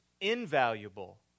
invaluable